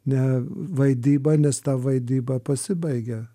ne vaidyba nes ta vaidyba pasibaigia